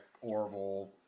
Orville